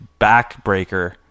backbreaker